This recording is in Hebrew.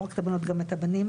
לא רק את הבנות גם את הבנים,